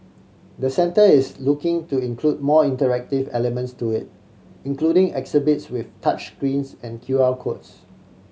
the centre is looking to include more interactive elements to it including exhibits with touch greens and Q R codes